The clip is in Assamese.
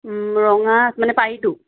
ওম ৰঙা মানে পাৰিটো